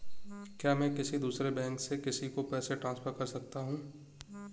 क्या मैं किसी दूसरे बैंक से किसी को पैसे ट्रांसफर कर सकता हूँ?